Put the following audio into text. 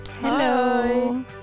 Hello